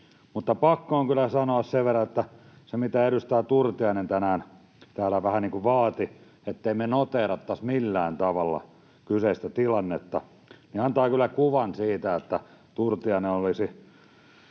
pakko on kyllä sanoa sen verran, että se, mitä edustaja Turtiainen tänään täällä vähän niin kuin vaati, ettei me noteerattaisi millään tavalla kyseistä tilannetta, antaa kyllä kuvan, että Turtiainen olisi